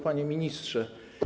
Panie Ministrze!